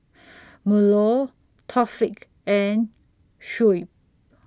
Melur Taufik and Shuib